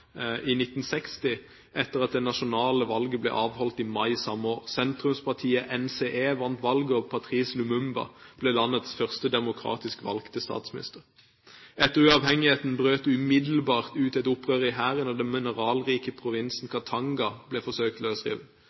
i 1960, etter at det nasjonale valget var blitt avholdt i mai samme år. Sentrumspartiet NCE vant valget, og Patrice Lumumba ble landets første demokratisk valgte statsminister. Etter uavhengigheten brøt det umiddelbart ut et opprør i hæren, og den mineralrike provinsen Katanga ble forsøkt